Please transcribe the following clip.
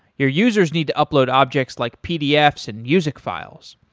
your users need to upload objects like pdfs and music files.